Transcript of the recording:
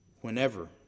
whenever